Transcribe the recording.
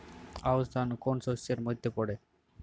আউশ ধান কোন শস্যের মধ্যে পড়ে?